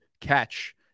catch